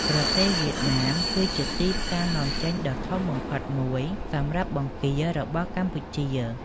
ប្រទេសវៀតណាម គឺជាទីផ្សារនាំចេញដ៏ធំបំផុតមួយសម្រាប់បង្គារបស់កម្ពុជា។